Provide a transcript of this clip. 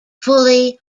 fully